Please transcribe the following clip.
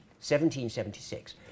1776